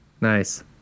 Nice